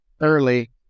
early